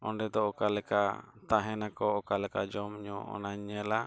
ᱚᱸᱰᱮᱫᱚ ᱚᱠᱟ ᱞᱮᱠᱟ ᱛᱟᱦᱮᱱᱟᱠᱚ ᱚᱠᱟ ᱞᱮᱠᱟ ᱡᱚᱢᱼᱧᱩ ᱚᱱᱟᱧ ᱧᱮᱞᱟ